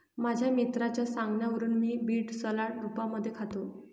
माझ्या मित्राच्या सांगण्यावरून मी बीड सलाड रूपामध्ये खातो